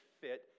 fit